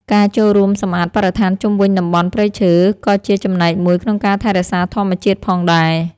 ការចូលរួមសម្អាតបរិស្ថានជុំវិញតំបន់ព្រៃឈើក៏ជាចំណែកមួយក្នុងការថែរក្សាធម្មជាតិផងដែរ។